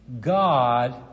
God